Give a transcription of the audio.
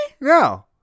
No